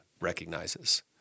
recognizes